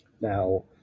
Now